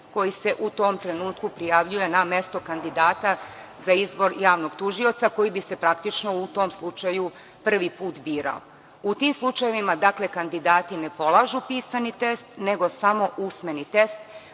koji se u tom trenutku prijavljuje na mesto kandidata za izbor javnog tužioca, a koji bi se praktično u tom slučaju prvi put birao.U tim slučajevima, kandidati ne polažu pisani test, nego samo usmeni test